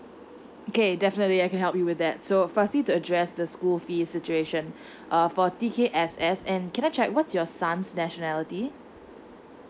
okay definitely I can help you with that so firstly to address the school fees situation uh for T_K_S_S and can I check what's your son's nationality